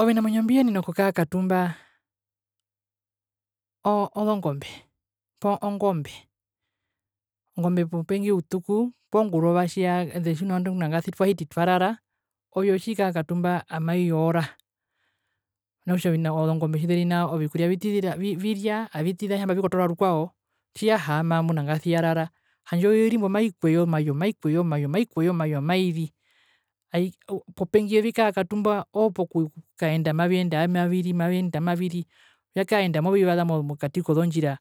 Ovinamwinyo mbiyenena okukaa katumbaa ozongombe poo ongombe ongombe popengi utuku ete twahiti twarara oyo otjikara katumba amaiyoora mena rokutja ozongombe tjizeri nao ovikuria viria tjazumbo aikotoora rukwao tjihaama tjimonangarasi yarara handje oyo irimbo maikweye omayo maikweye omayo maikweye omayo mairi aii oo popengi ovyo vikara katumba ookukaenda mairi iyenda mairi okuyenda mairi vyakaenda movivasa mokati kozondjira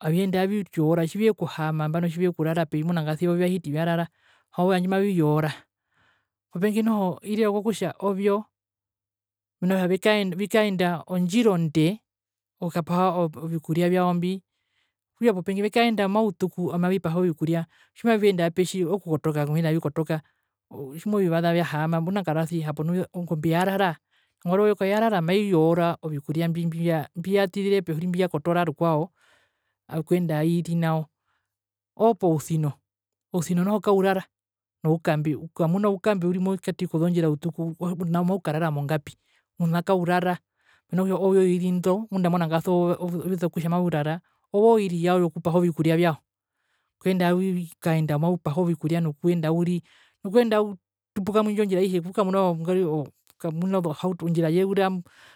aviyende maviyoora tjivyekuhaama nambano tjivyekurara pehi tjimonangarasi nambano vyahiti vyarara owo handje maviyoora popengi noho irira kkokutja ovyo mena kutja vikae vikaenda ondjira onde okukapa oo ovikuria vyao mbi okutja popengi vikaenda omautuku amavipaha ovikuria tjimapeende aapetji okukota okuyenda aavikotoka oo tjimovivasa vyahaama monangarasi hapo nu ongombe yarara nangwari oyo kaiyarara maiyoora ovikuria mbi mbia mbiyatizire pehuri mbiyakotoora rukwao okuyenda aairi nao. Oopousino ousino noho kaurara noukambe ukamuna oukambe uri mokati kozondjira utuku ouna maukarara mongapi mena kutja owo ozoiri ndo ngunda monangarasi oo zeso kutja maurara owo oiri yao yokupaha ovikuria vyao kuyenda maukaenda nokupaha ovikuria no kuyenda auri nokuyenda autupuka mwindjo ndjira aihe otjukamuna ozohauto ondjira yeura